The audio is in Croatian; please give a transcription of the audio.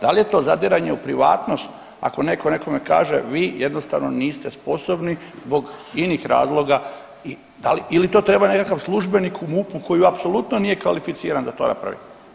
Da li je to zadiranje u privatnost ako netko nekome kaže vi jednostavno niste sposobni zbog inih razloga ili to treba nekakav službenik u MUP-u koji apsolutno nije kvalificiran da to napravi?